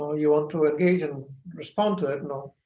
you want to engage and respond to it.